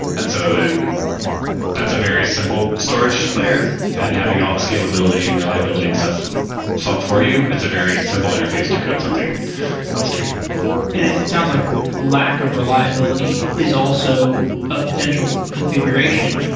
and so then that's a very simple storage layer and having all the scalability and reliability and stuff solved for you. it's a very simple interface to code something else to it it sounds like like of reliability is also a potential configuration.